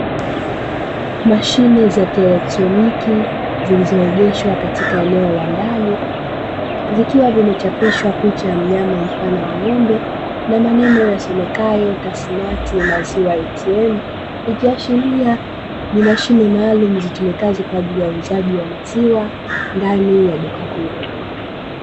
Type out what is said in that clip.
Mashine za kielektroniki zilizoegeshwa katika eneo la ndani zikiwa zimechapishwa picha ya mnyama mfano wa ng'ombe na maneno yasomekayo "Tasmati maziwa ATM" ikiashiria ni mashine maalumu zitumikazo kwa ajili ya uuzaji wa maziwa ndani ya duka hilo.